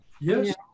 yes